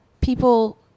people